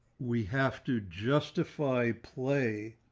we have to justify play,